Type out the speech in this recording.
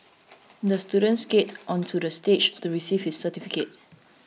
the student skated onto the stage to receive his certificate